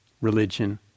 religion